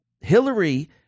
Hillary